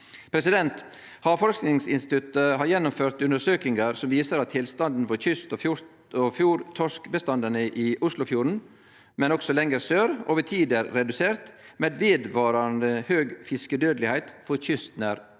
aktivitet. Havforskingsinstituttet har gjennomført undersøkingar som viser at tilstanden er at kyst- og fjordtorskbestandane i Oslofjorden, men også lenger sør, over tid er reduserte med vedvarande høg fiskedødelegheit for kystnær torsk.